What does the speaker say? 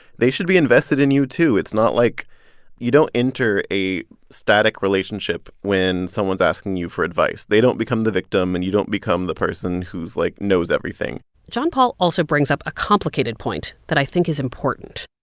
they should be invested in you, too. it's not like you don't enter a static relationship when someone's asking you for advice. they don't become the victim, and you don't become the person who's, like knows everything john paul also brings up a complicated point that i think is important.